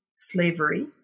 slavery